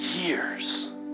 years